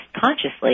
consciously